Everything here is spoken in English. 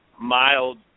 mild